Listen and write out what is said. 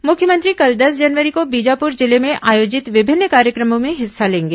मुख्यमंत्री कल दस जनवरी को बीजापुर जिले में आयोजित विभिन्न कार्यक्रमों में हिस्सा लेंगे